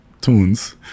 tunes